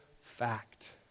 fact